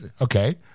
Okay